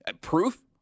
Proof